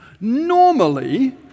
normally